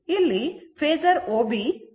ಇಲ್ಲಿ phasor OB leading ಆಗಿದೆ